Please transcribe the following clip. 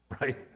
right